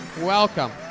welcome